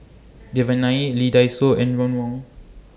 Devan Nair Lee Dai Soh and Ron Wong